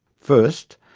first,